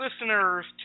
listeners